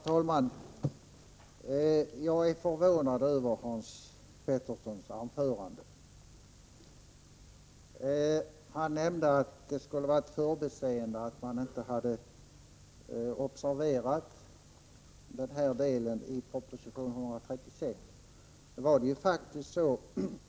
Herr talman! Jag är förvånad över Hans Peterssons anförande. Han nämnde att det skulle ha varit ett förbiseende att man från folkpartiets sida inte hade observerat den här delen i proposition 136.